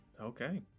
Okay